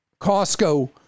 Costco